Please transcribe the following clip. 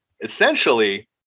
essentially